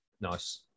nice